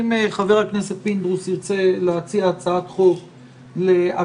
אם חבר הכנסת פינדרוס ירצה להציע הצעת חוק להנצחת